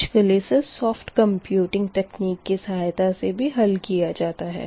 आजकल इसे soft computing तकनीक की सहायता से भी हल किया जाता है